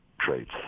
traits